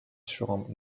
sur